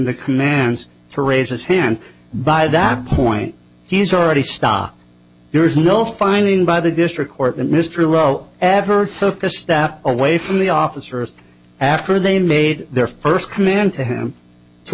the commands for raises hand by that point he's already stopped there is no finding by the district court that mr lowe ever took a step away from the officers after they made their first command to him